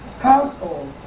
household